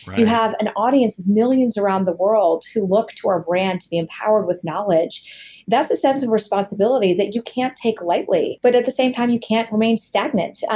you have an audience of millions around the world who look to our brand to be empowered with knowledge that's a sense of responsibility that you can't take lightly. but at the same time, you can't remain stagnant.